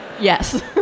Yes